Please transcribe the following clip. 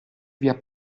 via